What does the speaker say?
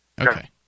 Okay